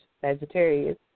Sagittarius